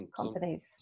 companies